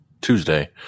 Tuesday